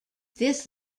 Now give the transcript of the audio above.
this